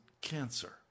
cancer